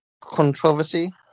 controversy